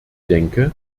denke